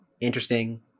interesting